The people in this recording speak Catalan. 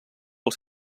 els